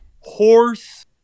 horse